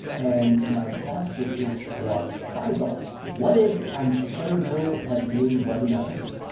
and my cost per click was five dollars, what if i'm terrible at doing webinars,